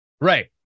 Right